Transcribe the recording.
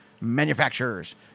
manufacturers